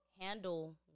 Handle